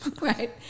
Right